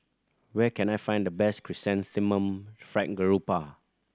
where can I find the best Chrysanthemum Fried Garoupa